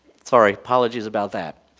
sorry. apologies about that.